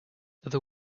other